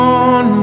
on